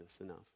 enough